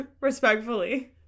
Respectfully